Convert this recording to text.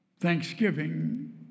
Thanksgiving